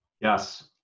yes